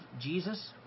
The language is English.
Jesus